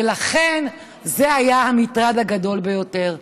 ולכן זה היה המטרד הגדול ביותר,